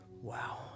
Wow